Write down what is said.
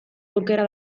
aukera